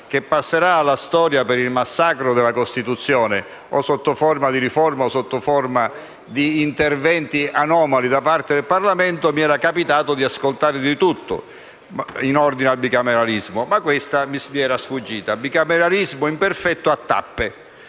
che passerà alla storia per il massacro della Costituzione, o sotto forma di riforma o sotto forma di interventi anomali da parte del Parlamento, mi era capitato di ascoltare di tutto in ordine al bicameralismo. Ma questo mi era sfuggito: bicameralismo imperfetto a tappe.